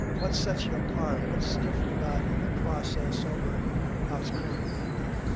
what sets you apart. what's different about your process over how it's currently being done?